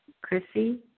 Chrissy